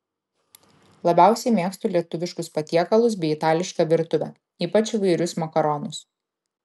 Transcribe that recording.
labiausiai mėgstu lietuviškus patiekalus bei itališką virtuvę ypač įvairiausius makaronus